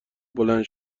بلند